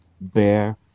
bear